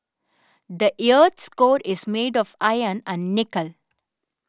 the earth's core is made of iron and nickel